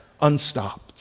unstopped